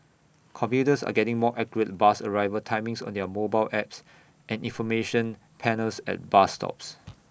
commuters are getting more accurate bus arrival timings on their mobile apps and information panels at bus stops